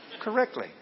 correctly